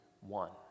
one